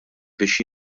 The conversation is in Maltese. biex